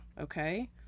okay